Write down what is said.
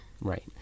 Right